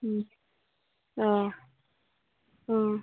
অঁ